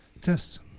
tests